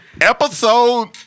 Episode